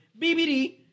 BBD